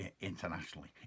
internationally